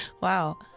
Wow